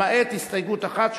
למעט הסתייגות אחת,